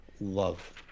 love